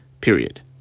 Period